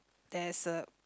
there is a